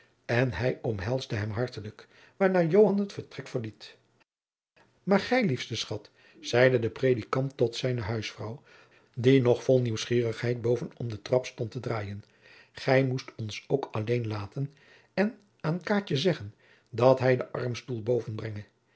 en hij omhelsde hem hartelijk waarna joan het vertrek verliet maar gij liefste schat zeide de predikant tot zijne huisvrouw die nog vol nieuwsgierigheid boven om de trap stond te draaien gij moest ons ook alleen laten en aan kaatje zeggen dat zij den armstoel boven brenge